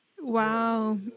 wow